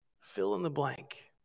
fill-in-the-blank